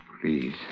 please